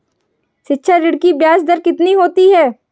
शिक्षा ऋण की ब्याज दर कितनी होती है?